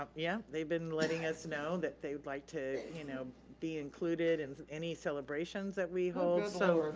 um yeah, they've been letting us know that they would like to you know be included in any celebrations that we hold, so.